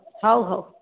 ହଉ ହଉ